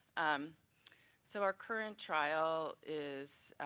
um so our current trial is